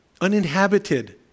uninhabited